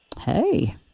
Hey